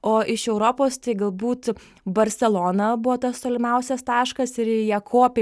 o iš europos tai galbūt barselona buvo tas tolimiausias taškas ir į jie kopė